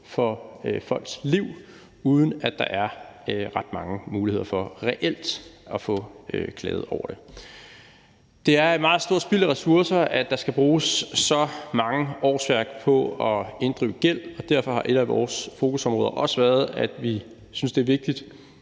for folks liv, uden at der er ret mange muligheder for reelt at få klaget over det. Det er et meget stort spild af ressourcer, at der skal bruges så mange årsværk på at inddrive gæld. Derfor har et af vores fokusområder også været, at vi synes, det er vigtigt,